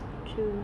true